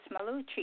Malucci